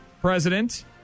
president